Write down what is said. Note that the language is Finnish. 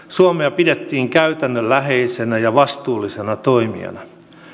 suomea pidettiin käytännönläheisenä ja vastuullisena toimijana